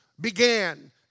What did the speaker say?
began